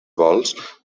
vols